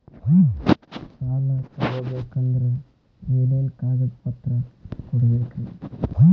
ಸಾಲ ತೊಗೋಬೇಕಂದ್ರ ಏನೇನ್ ಕಾಗದಪತ್ರ ಕೊಡಬೇಕ್ರಿ?